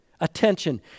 attention